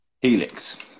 helix